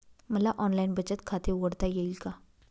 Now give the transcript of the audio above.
मला ऑनलाइन बचत खाते उघडता येईल का?